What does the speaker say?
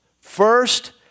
First